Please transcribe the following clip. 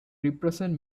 represent